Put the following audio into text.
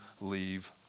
leave